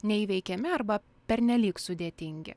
neįveikiami arba pernelyg sudėtingi